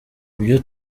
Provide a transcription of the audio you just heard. ibyo